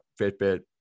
Fitbit